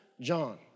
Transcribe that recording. John